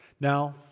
Now